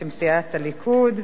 בשם סיעת הליכוד.